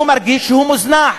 הוא מרגיש שהוא מוזנח,